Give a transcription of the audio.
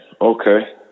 Okay